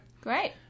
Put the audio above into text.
Great